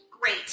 Great